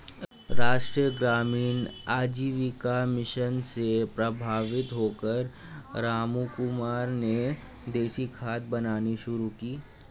राष्ट्रीय ग्रामीण आजीविका मिशन से प्रभावित होकर रामकुमार ने देसी खाद बनानी शुरू की